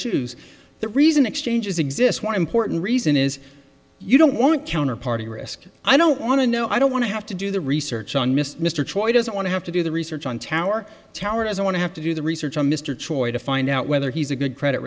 shoes the reason exchanges exist one important reason is you don't want counterparty risk i don't want to know i don't want to have to do the research on mr choice doesn't want to have to do the research on tower tower as i want to have to do the research on mr choice to find out whether he's a good credit